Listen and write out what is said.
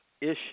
issue